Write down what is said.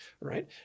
right